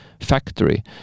factory